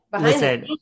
Listen